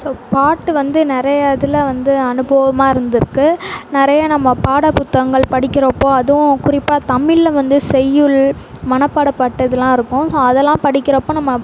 so பாட்டு வந்து நிறைய இதில் வந்து அனுபவமாக இருந்துயிருக்கு நிறைய நம்ம பாட புத்தகங்கள் படிக்கிறோப்போ அதுவும் குறிப்பாக தமிழில் வந்து செய்யுள் மனப்பாட பாட்டு இதுலாம் இருக்கும் ஸோ அதெல்லாம் படிக்கிறப்போ நம்ம